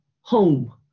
home